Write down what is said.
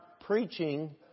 preaching